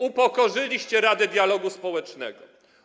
Upokorzyliście Radę Dialogu Społecznego.